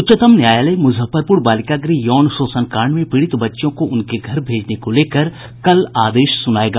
उच्चतम न्यायालय मुजफ्फरपुर बालिका गृह यौन शोषण कांड में पीड़ित बच्चियों को उनके घर भेजने को लेकर कल आदेश सुनाएगा